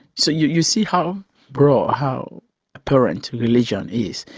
so you you see how raw, how apparent religion is,